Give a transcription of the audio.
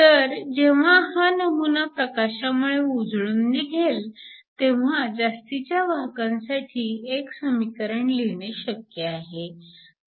तर जेव्हा हा नमुना प्रकाशामुळे उजळून निघेल तेव्हा जास्तीच्या वाहकांसाठी एक समीकरण लिहिणे शक्य आहे